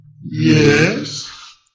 Yes